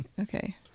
Okay